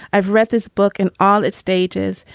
i've read this book in all its stages.